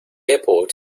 airport